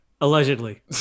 Allegedly